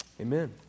Amen